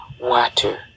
water